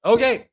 Okay